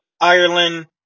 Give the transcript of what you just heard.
Ireland